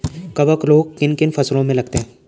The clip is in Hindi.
कवक रोग किन किन फसलों में लगते हैं?